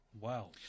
Wow